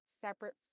separate